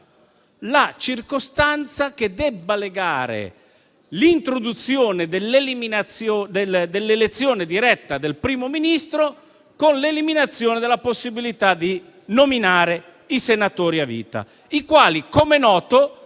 la circostanza che debba legare l'introduzione dell'elezione diretta del Primo Ministro con l'eliminazione della possibilità di nominare i senatori a vita i quali, come è noto,